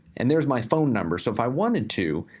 and there's my phone number, so if i wanted to,